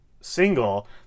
single